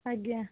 ଆଜ୍ଞା